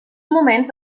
moments